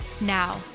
Now